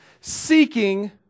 seeking